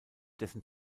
dessen